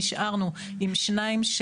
נשארנו עם שניים,